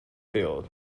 field